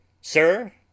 Sir